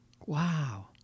Wow